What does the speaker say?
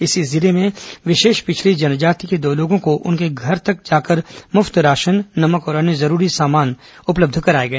इसी जिले में विशेष पिछड़ी जनजाति के दो लोगों को उनके घर तक जाकर मुफ्त राशन नमक और अन्य जरूरी सुविधाएं उपलब्ध कराई गई